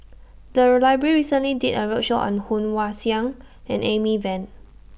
The Library recently did A roadshow on Woon Wah Siang and Amy Van